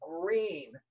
green